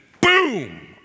boom